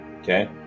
Okay